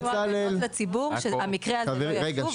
הגנות לציבור, כדי שהמקרה הזה לא ישוב.